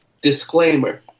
Disclaimer